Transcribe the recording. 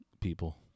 people